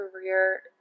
career